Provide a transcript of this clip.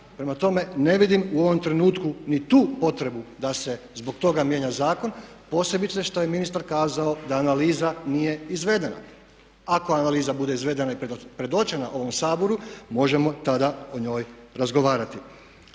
Prema tome, ne vidim u ovome trenutku ni tu potrebu da se zbog toga mijenja zakon posebice što je ministar kazao da analiza nije izvedena. Ako analiza bude izvedena i predočena ovom Saboru možemo tada o njoj razgovarati.